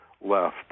left